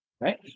right